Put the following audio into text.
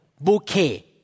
bouquet